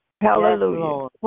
Hallelujah